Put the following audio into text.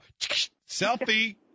Selfie